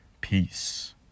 Peace